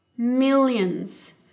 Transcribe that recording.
Millions